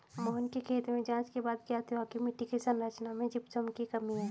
मोहन के खेत में जांच के बाद ज्ञात हुआ की मिट्टी की संरचना में जिप्सम की कमी है